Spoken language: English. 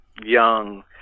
young